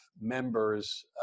members